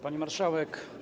Pani Marszałek!